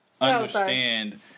understand